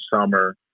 summer